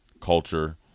culture